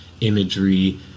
imagery